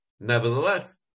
Nevertheless